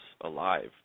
alive